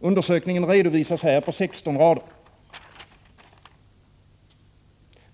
Undersökningen redovisas på 16 rader.